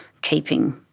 keeping